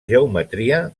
geometria